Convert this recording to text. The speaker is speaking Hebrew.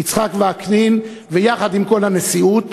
יצחק וקנין, ויחד עם כל הנשיאות,